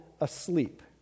asleep